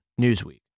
Newsweek